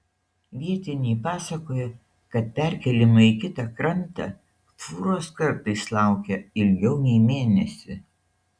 vietiniai pasakoja kad perkėlimo į kitą krantą fūros kartais laukia ilgiau nei mėnesį